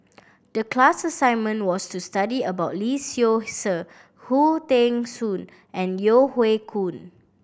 the class assignment was to study about Lee Seow Ser Khoo Teng Soon and Yeo Hoe Koon